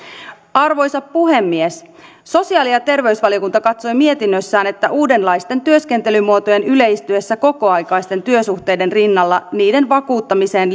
arvoisa puhemies sosiaali ja terveysvaliokunta katsoi mietinnössään että uudenlaisten työskentelymuotojen yleistyessä kokoaikaisten työsuhteiden rinnalla niiden vakuuttamiseen